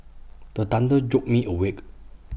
the thunder jolt me awake